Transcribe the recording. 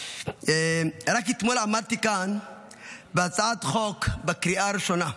רק אתמול עמדתי כאן בהצעת חוק לקריאה הראשונה,